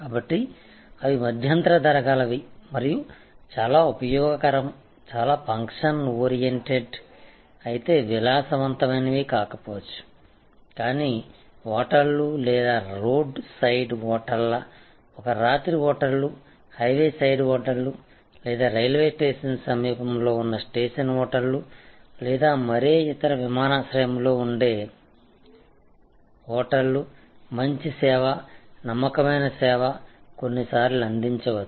కాబట్టి అవి మధ్యంతర ధర గలవి మరియు చాలా ఉపయోగకరం చాలా ఫంక్షన్ ఓరియెంటెడ్ అయితే విలాసవంతమైనవి కాకపోవచ్చు కానీ హోటళ్ళు లేదా రోడ్ సైడ్ హోటళ్ళ ఒక రాత్రి హోటళ్ళు హైవే సైడ్ హోటళ్ళు లేదా రైల్వే స్టేషన్ సమీపంలో ఉన్న స్టేషన్ హోటళ్ళు లేదా మరే ఇతర విమానాశ్రయం లో ఉండే హోటల్లు మంచి సేవ నమ్మకమైన సేవ కొన్నిసార్లు అందించవచ్చు